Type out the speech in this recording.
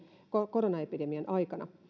koronaepidemian aikana